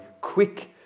Quick